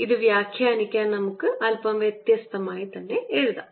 ഇത് വ്യാഖ്യാനിക്കാൻ നമുക്ക് ഇത് അല്പം വ്യത്യസ്തമായി എഴുതാം